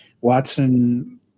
Watson